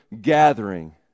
gathering